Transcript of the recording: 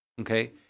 Okay